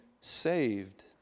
saved